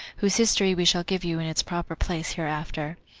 whose history we shall give you in its proper place hereafter.